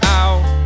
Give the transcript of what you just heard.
out